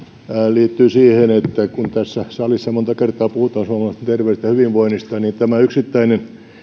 liittyy siihen että kun tässä salissa monta kertaa puhutaan suomalaisten terveydestä ja hyvinvoinnista niin tämä yksittäinen